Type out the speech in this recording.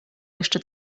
jeszcze